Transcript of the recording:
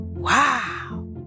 Wow